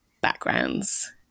backgrounds